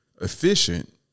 Efficient